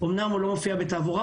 אומנם הוא לא מופיע בתעבורה,